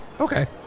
Okay